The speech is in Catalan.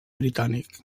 britànic